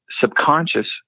subconscious